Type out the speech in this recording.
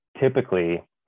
Typically